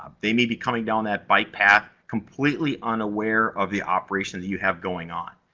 they may be coming down that bike path completely unaware of the operations you have going on.